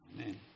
Amen